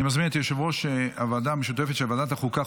אני מזמין את יושב-ראש הוועדה המשותפת של ועדת החוקה,